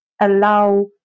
allow